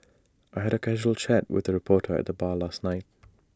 I had A casual chat with A reporter at the bar last night